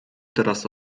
teraz